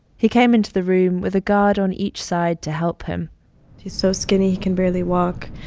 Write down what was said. he came into the room with a guard on each side to help him he's so skinny, he can barely walk.